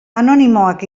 anonimoak